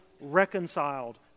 reconciled